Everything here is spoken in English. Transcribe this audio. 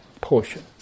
portion